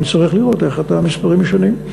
נצטרך לראות איך את המספרים האלה משנים.